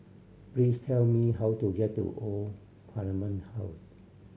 please tell me how to get to Old Parliament House